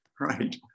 Right